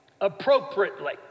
appropriately